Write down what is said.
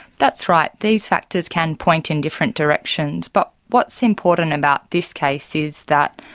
that's right. these factors can point in different directions, but what's important about this case is that